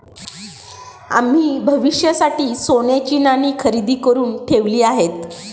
आम्ही भविष्यासाठी सोन्याची नाणी खरेदी करुन ठेवली आहेत